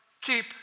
keep